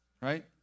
right